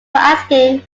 asking